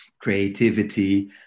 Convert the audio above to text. creativity